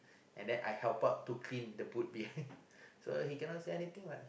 and then I help out to clean the boot behind so he cannot say anything what